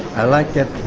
i like that